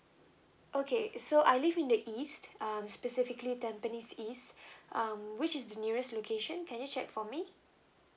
okay so I live in the east um specifically tampines east um which is the nearest location can you check for me